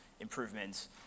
improvements